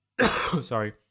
Sorry